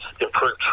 improved